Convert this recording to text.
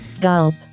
Gulp